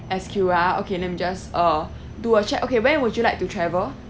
S_Q ah okay let me just uh do a check okay when would you like to travel